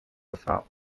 gefahr